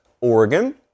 Oregon